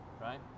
right